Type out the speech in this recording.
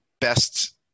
best